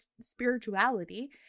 Spirituality